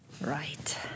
Right